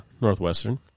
Northwestern